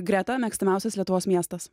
greta mėgstamiausias lietuvos miestas